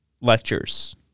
lectures